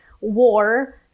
war